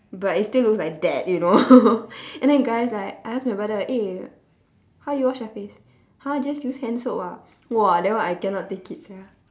but it still looks like that you know and then guys like I ask my brother eh how you wash your face !huh! just use hand soap ah !wah! that one I cannot take it sia